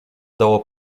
dało